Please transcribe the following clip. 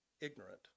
ignorant